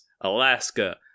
alaska